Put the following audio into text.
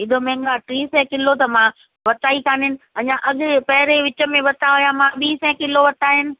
एॾो महांगा टीह सै किले त मां वता ई कोन्हनि अञा अॻिए पहिरे विच में वरिता हुया मां ॿी सै किलो वरिता आहिनि